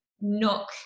knock